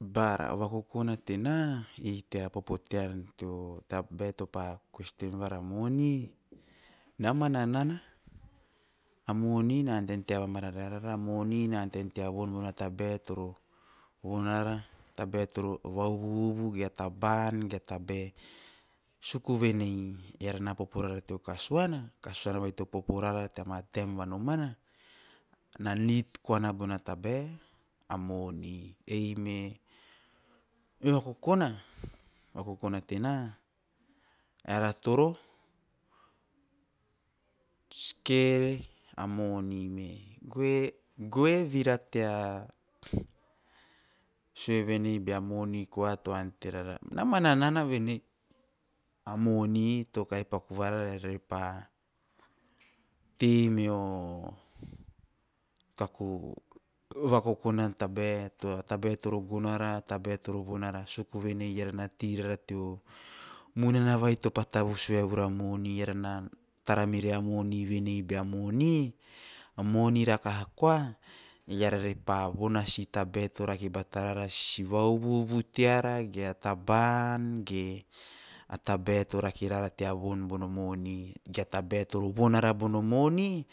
Bara o vakokona tena ei tea popo tean tea tabae topa question vara mo1on mana nana a mom na ante niana tea va mararae arara, a moni na ante rara tea von bona tabae toro von ara, vauvuvu, ge a taba`an ge a tabae toro von ara, vauvuvu, ge a taba`an ge a tabae suku venei eana na popo rara teo kasuana, kasuana vai to popo rara tea ma taem va nomana na nid koana bona tabae? A moni, ei me o peho vakokona, o vakokona tena eara toro skere a moni me, goe - goe vira tea sue bea moni to kahi paku varara re re pa tei meo kaku vakokona tabae, tabae toro gono ara, tarae toro. Suku venei eara na tei rara teo munana vai topa tavus vaevuru a money eara na tara mire a moni venei bea moni rakaha koa eara pa von a si tabae to rake bata rara, si va uvu`uvu teara ge a si taba`an ge tabae to rake rara tea von bono moni ge tabae toro von ara bono moni